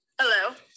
hello